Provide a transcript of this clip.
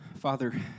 Father